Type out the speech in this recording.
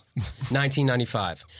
1995